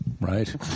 right